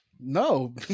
No